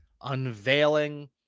unveiling